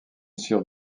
sur